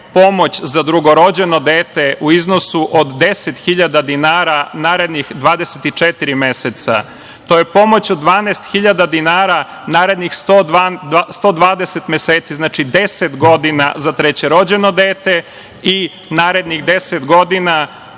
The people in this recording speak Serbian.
pomoć za drugorođeno dete u iznosu od 10.000 dinara u naredna 24 meseca. To je pomoć od 12.000 dinara u narednih 120 meseci, znači 10 godina, za trećerođeno dete i narednih 10 godina